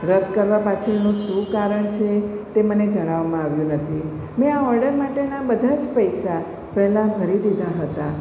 રદ કરવા પાછળનું શું કારણ છે તે મને જણાવવામાં આવ્યું નથી મેં આ ઓર્ડર માટેના બધા જ પૈસા પહેલાં ભરી દીધા હતા